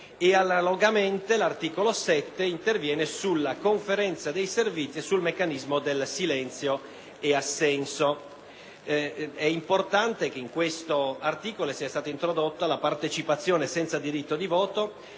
efficacia. L'articolo 7 interviene sulla Conferenza di servizi e sul meccanismo del silenzio assenso. È importante che in questo articolo sia stata introdotta la previsione circa la partecipazione, senza diritto di voto,